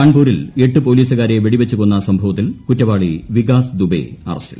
കാൺപൂരിൽ എട്ട് പോലീസുകാരെ വെടിവെച്ചു കൊന്ന സംഭവത്തിൽ കുറ്റവാളി വികാസ് ദുബെ അറസ്റ്റിൽ